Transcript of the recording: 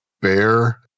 Bear